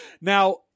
Now